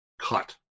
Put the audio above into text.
cut